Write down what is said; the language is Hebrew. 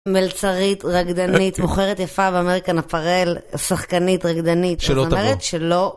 מלצרית, רקדנית, מוכרת יפה באמריקן אפרל, שחקנית, רקדנית. שלא תבוא.